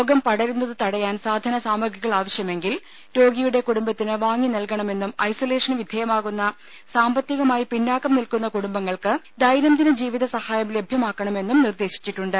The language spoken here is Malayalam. രോഗം പടരുന്നത് തടയാൻ സാധന സാമഗ്രികൾ ആവശ്യമെങ്കിൽ രോഗിയുടെ കുടും ബത്തിന് വാങ്ങി നൽകണമെന്നും ഐസൊലേഷന് വിധേയമാകുന്ന സാമ്പത്തികമായി പിന്നാക്കം നിൽക്കുന്ന കുടുംബങ്ങൾക്ക് ദൈനംദിന ജീവിത സഹായം ലഭ്യമാക്കണമെന്നും നിർദേശിച്ചിട്ടുണ്ട്